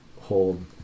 hold